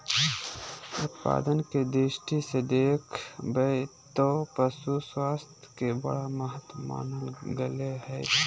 उत्पादन के दृष्टि से देख बैय त पशु स्वास्थ्य के बड़ा महत्व मानल गले हइ